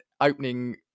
opening